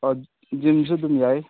ꯑꯥ ꯖꯤꯝꯁꯨ ꯑꯗꯨꯝ ꯌꯥꯏ